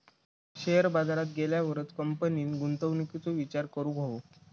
share बाजारात गेल्यावरच कंपनीन गुंतवणुकीचो विचार करूक हवो